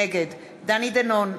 נגד דני דנון,